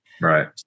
Right